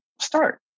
start